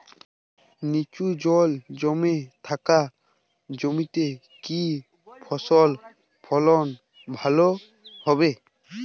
নিচু জল জমে থাকা জমিতে কি ফসল ফলন ভালো হবে?